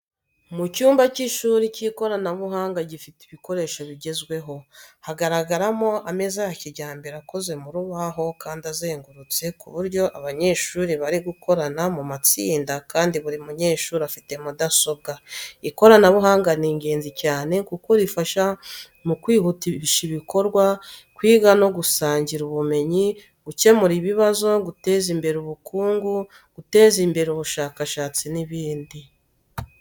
Mu cyumba cy’ishuri cy’ikoranabuhanga gifite ibikoresho bigezweho. Haragaragaramo ameza ya kijyambere akoze mu rubaho kandi azengurutse ku buryo abanyeshuri bari gukorana mu matsinda kandi buru munyeshuri afite mudasobwa. Ikoranabuhanga ni ingenzi cyane kuko rifasha mu kwihutisha ibikorwa, kwiga no gusangira ubumenyi, gukemura ibibazo, guteza imbere ubukungu, guteza imbere ubushakashatsi, n'ibindi.